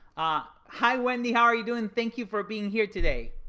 ah hi wendy. how are you doing? thank you for being here today.